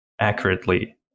accurately